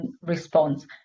response